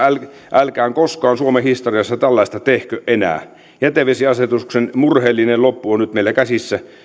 älkää koskaan suomen historiassa tällaista tehkö enää jätevesiasetuksen murheellinen loppu on nyt meillä käsissä